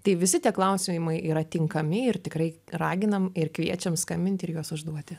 tai visi tie klausimai yra tinkami ir tikrai raginam ir kviečiam skambinti ir juos užduoti